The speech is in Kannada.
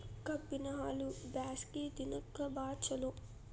ಕಬ್ಬಿನ ಹಾಲು ಬ್ಯಾಸ್ಗಿ ದಿನಕ ಬಾಳ ಚಲೋ